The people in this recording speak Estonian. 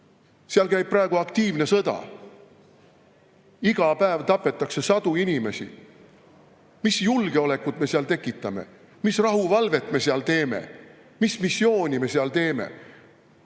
Seal käib praegu aktiivne sõda. Iga päev tapetakse sadu inimesi. Mis julgeolekut me seal tekitame? Mis rahuvalvet me seal teeme? Mis missiooni me seal täidame?